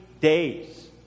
days